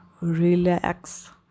relax